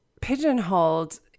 pigeonholed